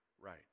right